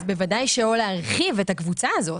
אז בוודאי שלא להרחיב את הקבוצה הזאת.